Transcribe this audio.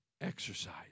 Exercise